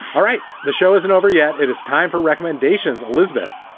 all right. the show isn't over yet. it is time for recommendations. elizabeth,